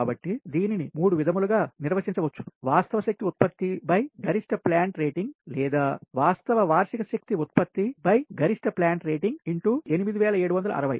కాబట్టి దీనిని మూడు విధములుగా నిర్వచించవచ్చును వాస్తవ శక్తి ఉత్పత్తి గరిష్ట ప్లాంట్ స్ రేటింగ్ లేదా వాస్తవ వార్షిక శక్తి ఉత్పత్తి గరిష్ట ప్లాంట్ రేటింగ్ X 8760